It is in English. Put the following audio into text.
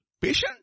patient